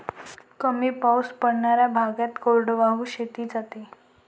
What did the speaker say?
कमी पाऊस पडणाऱ्या भागात कोरडवाहू शेती केली जाते